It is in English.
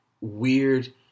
weird